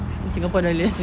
in singapore dollars